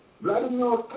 Vladimir